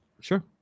Sure